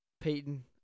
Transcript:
Peyton